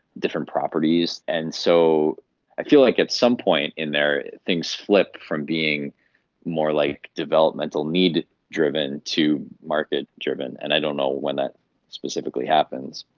different properties. and so i feel like at some point in there, things flip from being more like developmental need driven to market driven, and i don't know when that specifically happens.